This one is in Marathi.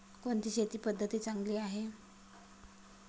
कोणती शेती पद्धती चांगली आहे?